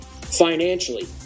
financially